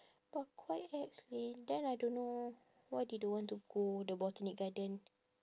but quite ex leh then I don't know why they don't want to go the botanic garden